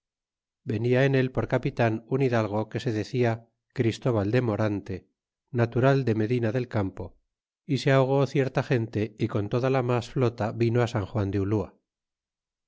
venia en él por capitan un hidalgo que se decia christóbal de moran te natural de medina del campo y se ahogó cierta gente y con toda la mas flota vino á san juan de ulua